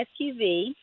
SUV